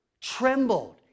trembled